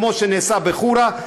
כמו שנעשה בחורה,